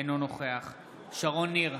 אינו נוכח שרון ניר,